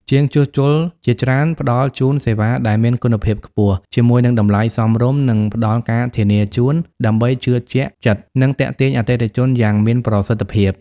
ជាងជួសជុលជាច្រើនផ្ដល់ជូនសេវាដែលមានគុណភាពខ្ពស់ ជាមួយនឹងតម្លៃសមរម្យ និងផ្តល់ការធានាជូន ដើម្បីជឿជាក់ចិត្ត និងទាក់ទាញអតិថិជនយ៉ាងមានប្រសិទ្ធិភាព។